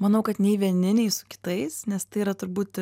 manau kad nei vieni nei su kitais nes tai yra turbūt